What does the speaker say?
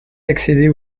d’accéder